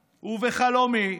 בחלומי,